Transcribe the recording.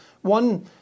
one